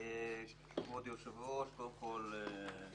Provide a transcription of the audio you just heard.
כבוד היושב-ראש, קודם כול,